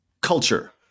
culture